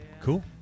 Cool